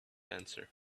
answer